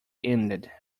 ended